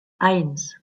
eins